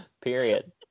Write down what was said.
Period